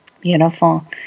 Beautiful